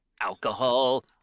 alcohol